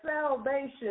salvation